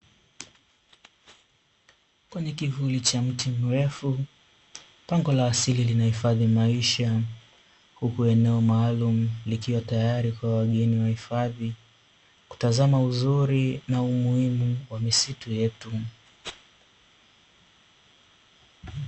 Kwenye kivuli cha mti mrefu pango la asili linahifadhi maisha huku eneo maalumu, likiwa tayari kwa wageni wa hifadhi kutazama uzuri na umuhimu wa misitu yetu.